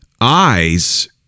eyes